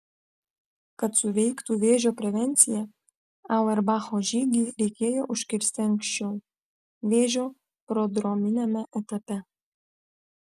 kad suveiktų vėžio prevencija auerbacho žygį reikėjo užkirsti anksčiau vėžio prodrominiame etape